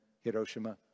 Hiroshima